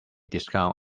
discount